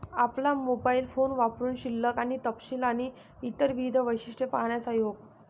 आपला mobile phone वापरुन शिल्लक आणि तपशील आणि इतर विविध वैशिष्ट्ये पाहण्याचा योग